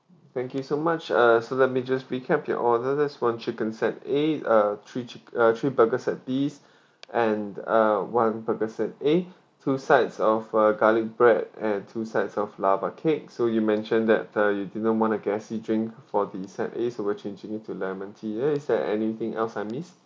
thank you so much uh so let me just recap your order that's one chicken set A uh three chic~ uh three burgers set B's and uh one burger set A two sides of uh garlic bread and two sets of lava cake so you mentioned that uh you did not want a gasey drink for the set A so we're changing it to lemon tea and is there anything else I missed